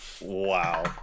Wow